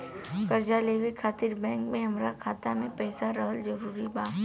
कर्जा लेवे खातिर बैंक मे हमरा खाता मे पईसा रहल जरूरी बा?